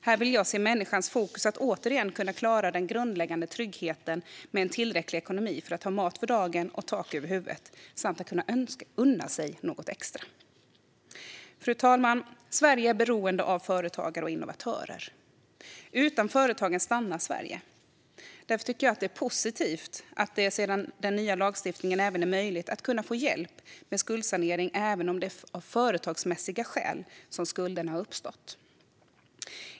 Här vill jag se till människans fokus att återigen kunna klara den grundläggande tryggheten med en tillräcklig ekonomi för att ha mat för dagen och tak över huvudet samt att kunna unna sig något extra. Fru talman! Sverige är beroende av företagare och innovatörer. Utan företagen stannar Sverige. Därför tycker jag det är positivt att det med den nya lagstiftningen är möjligt att kunna få hjälp med skuldsanering även om det är av företagsmässiga skäl som skulderna uppstått.